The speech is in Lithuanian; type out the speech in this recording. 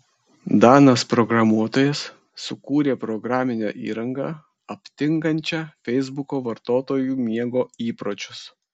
danas programuotojas sukūrė programinę įrangą aptinkančią feisbuko vartotojų miego įpročius